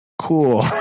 cool